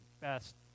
best